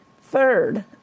Third